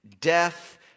death